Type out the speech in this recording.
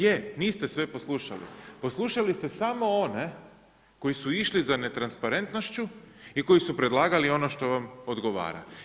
Je, niste sve poslušali, poslušali ste samo one koji su išli za netransparentnošću i koji su predlagali ono što vam odgovara.